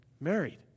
married